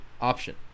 option